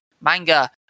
manga